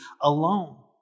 alone